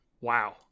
wow